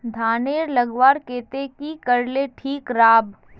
धानेर लगवार केते की करले ठीक राब?